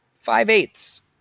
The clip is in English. five-eighths